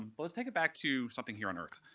but let's take it back to something here on earth.